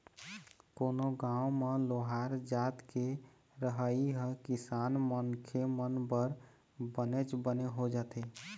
कोनो गाँव म लोहार जात के रहई ह किसान मनखे मन बर बनेच बने हो जाथे